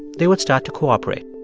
they would start to cooperate